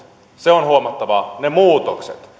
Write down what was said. se on huomattavaa ne muutokset